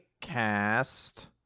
Cast